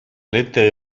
lettere